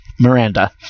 Miranda